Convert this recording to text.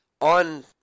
on